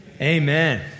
Amen